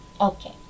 Okay